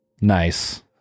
Nice